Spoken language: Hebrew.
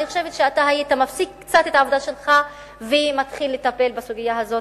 אני חושבת שאתה היית מפסיק קצת את העבודה שלך ומתחיל לטפל בסוגיה הזאת.